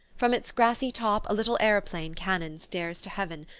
from its grassy top a little aeroplane cannon stares to heaven,